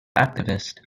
activist